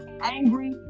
angry